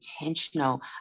intentional